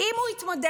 אם הוא יתמודד,